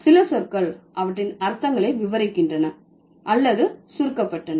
சில சொற்கள் அவற்றின் அர்த்தங்களை விவரிக்கின்றன அல்லது சுருக்கப்பட்டன